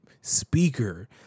speaker